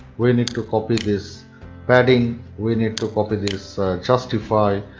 we need to copy this padding, we need to copy this justify,